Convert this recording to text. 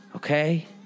Okay